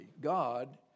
God